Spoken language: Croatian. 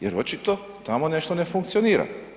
Jer očito tamo nešto ne funkcionira.